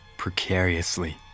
precariously